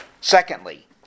Secondly